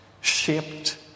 shaped